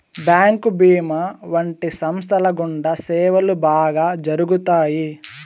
bank భీమా వంటి సంస్థల గుండా సేవలు బాగా జరుగుతాయి